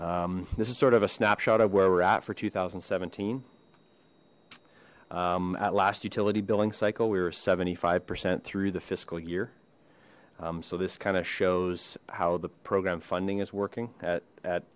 this is sort of a snapshot of where we're at for two thousand and seventeen at last utility billing cycle we were seventy five percent through the fiscal year so this kind of shows how the program funding is working at at